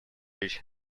each